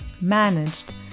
managed